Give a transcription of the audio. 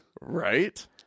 Right